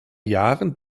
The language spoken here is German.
jahren